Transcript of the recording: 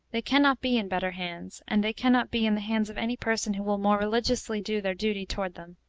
they can not be in better hands, and they can not be in the hands of any person who will more religiously do their duty toward them,